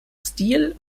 stil